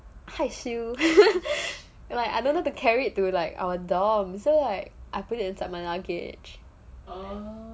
害羞 like I don't know how to carry to like our dorm so like I put it inside my luggage